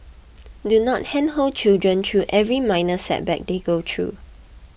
do not handhold children through every minor setback they go through